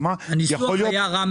הניסוח היה רע מאוד.